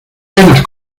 penas